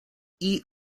eat